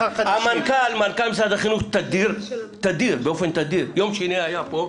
מנכ"ל משרד החינוך באופן תדיר יום שני היה פה,